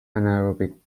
anaerobic